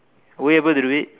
a way able to do it